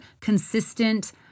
consistent